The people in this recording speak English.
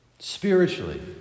spiritually